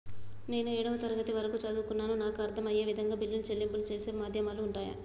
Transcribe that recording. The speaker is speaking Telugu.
నేను ఏడవ తరగతి వరకు చదువుకున్నాను నాకు అర్దం అయ్యే విధంగా బిల్లుల చెల్లింపు చేసే మాధ్యమాలు ఉంటయా?